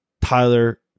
Tyler